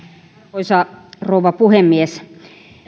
arvoisa rouva puhemies